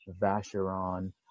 Vacheron